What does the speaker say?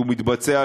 שמתבצע,